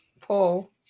Paul